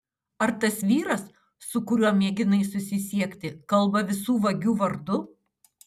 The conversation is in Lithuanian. ar tas vyras su kuriuo mėginai susisiekti kalba visų vagių vardu